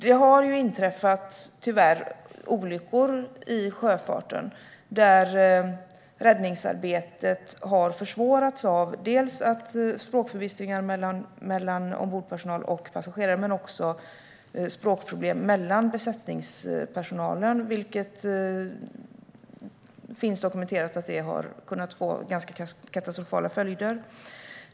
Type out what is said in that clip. Det har tyvärr inträffat olyckor i sjöfarten där räddningsarbetet har försvårats dels av språkförbistringen mellan ombordpersonal och passagerare, dels av språkproblem inom besättningspersonalen. Det finns dokumenterat att det har kunnat få ganska katastrofala följder.